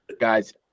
guys